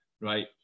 right